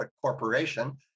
corporation